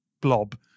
blob